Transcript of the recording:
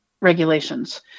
regulations